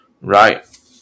right